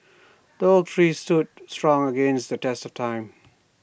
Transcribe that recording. the oak tree stood strong against the test of time